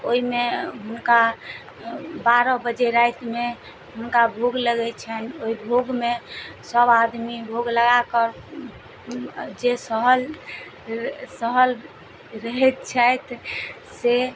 ओहिमे हुनका बारह बजे रातिमे हुनका भोग लगै छनि ओहि भोगमे सब आदमी भोग लगा कऽ जे सहल सहल रहैत छथि से